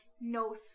No